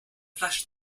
flash